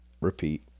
repeat